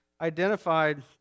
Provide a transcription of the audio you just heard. identified